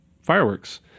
fireworks